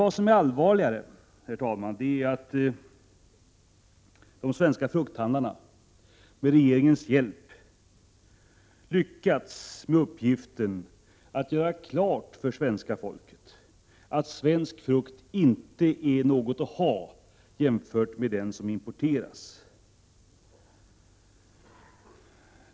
Vad som är allvarligare är att de svenska frukthandlarna med regeringens hjälp har lyckats med uppgiften att göra klart för svenska folket att svensk frukt inte är något att ha jämfört med den frukt som importeras.